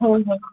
होय होय